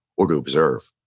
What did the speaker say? or to observe,